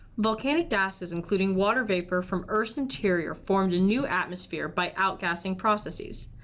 volcanic gases including water vapor from earth's interior formed a new atmosphere by out-gassing processes.